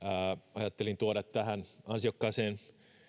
ajattelin tuoda tähän ansiokkaaseen